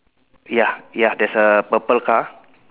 ya ya there's a purple car